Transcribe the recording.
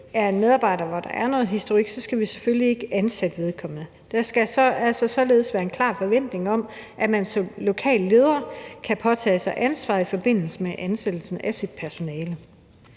er en medarbejder, som har en problematisk historik, skal man selvfølgelig ikke ansætte vedkommende. Der skal således være en klar forventning om, at man som lokal leder kan påtage sig ansvaret i forbindelse med ansættelsen af sit personale.